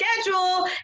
schedule